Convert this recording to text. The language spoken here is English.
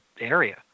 area